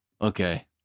Okay